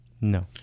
No